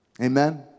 amen